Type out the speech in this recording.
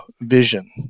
vision